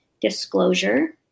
disclosure